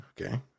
Okay